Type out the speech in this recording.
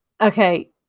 Okay